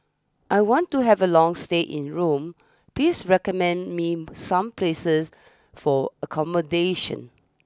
I want to have a long stay in Rome please recommend me some places for accommodation